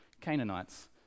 Canaanites